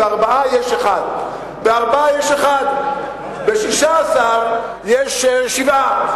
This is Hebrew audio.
בארבעה יש אחד, ב-16 יש שבעה.